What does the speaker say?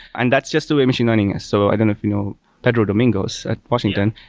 and that's just the way machine learning is. so i don't know if you know pedro domingos at washington.